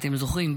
אתם זוכרים,